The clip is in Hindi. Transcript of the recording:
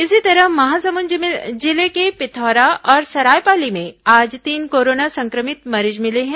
इसी तरह महासमुंद जिले के पिथौरा और सरायपाली में आज तीन कोरोना संक्रमित मरीज मिले हैं